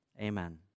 amen